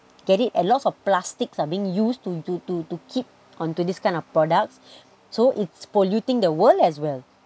get it and lots of plastics are being used to to to to keep onto this kind of products so it's polluting the world as well